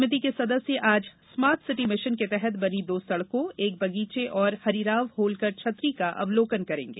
सभिति के सदस्य आज स्मार्ट सिटी मिशन के तहत बनी दो सड़कों एक बगीचा और हरिराव होल्कर छत्री का अवलोकन करेंगे